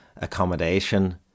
Accommodation